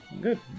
Good